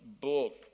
book